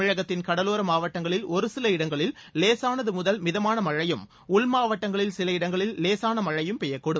தமிழகத்தின் கடலோர மாவட்டங்களில் ஒருசில இடங்களில் லேசானது முதல் மிதமான மழையும் உள்மாவட்டங்களில் சில இடங்களில் லேசான மழையும் பெய்யக்கூடும்